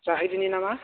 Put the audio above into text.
जाहैदिनि नामा